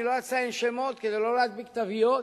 אני לא אציין שמות כדי לא להדביק תוויות,